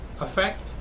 effect